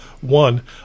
one